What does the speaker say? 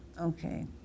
Okay